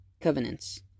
covenants